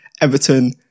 Everton